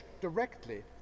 directly